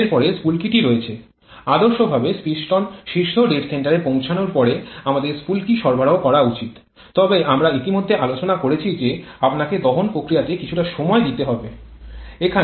এরপরে স্ফুলকিটি রয়েছে আদর্শভাবে পিস্টন শীর্ষ ডেড সেন্টারে পৌঁছানোর পরে আমাদের স্ফুলকি সরবরাহ করা উচিত তবে আমরা ইতিমধ্যে আলোচনা করেছি যে আপনাকে দহন প্রক্রিয়াতে কিছুটা সময় দিতে হবে